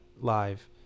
live